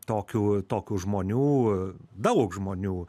tokių tokių žmonių daug žmonių